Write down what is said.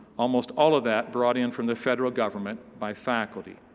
almost all of that brought in from the federal government by faculty.